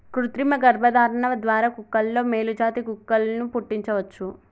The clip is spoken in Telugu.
కృతిమ గర్భధారణ ద్వారా కుక్కలలో మేలు జాతి కుక్కలను పుట్టించవచ్చు